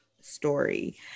story